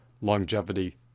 longevity